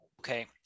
Okay